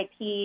IP